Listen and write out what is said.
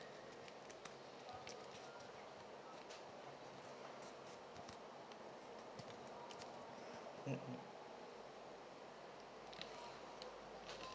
mm mm